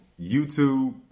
YouTube